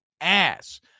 ass